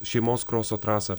šeimos kroso trasą